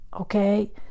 Okay